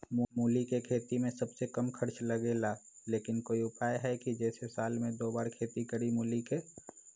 मूली के खेती में सबसे कम खर्च लगेला लेकिन कोई उपाय है कि जेसे साल में दो बार खेती करी मूली के?